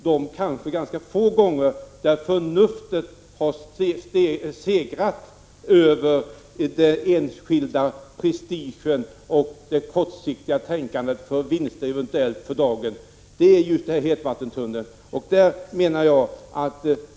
Det var ett av de ganska få tillfällen när förnuftet segrat över enskildas prestige och kortsiktigt tänkande på eventuella tillfälliga vinster.